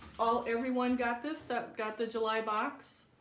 um, everyone got this that got the july box